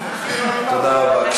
תודה רבה.